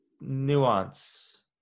nuance